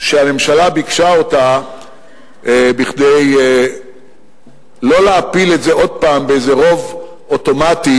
שהממשלה ביקשה כדי לא להפיל את זה עוד פעם באיזה רוב אוטומטי,